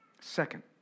Second